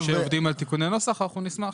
כשעובדים על תיקוני נוסח, נשמח.